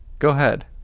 go ahead.